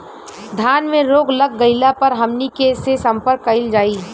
धान में रोग लग गईला पर हमनी के से संपर्क कईल जाई?